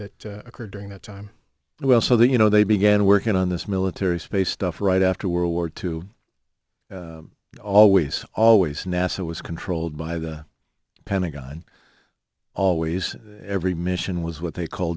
that occurred during that time well so that you know they began working on this military space stuff right after world war two always always nasa was controlled by the pentagon always every mission was what they call